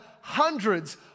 hundreds